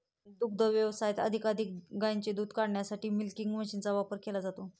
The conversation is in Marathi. दुग्ध व्यवसायात अधिकाधिक गायींचे दूध काढण्यासाठी मिल्किंग मशीनचा वापर केला जातो